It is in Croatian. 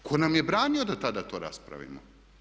Tko nam je branio da tada to raspravimo.